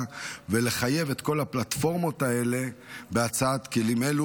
ולחייב את כל הפלטפורמות האלה בהצעת כלים אלה,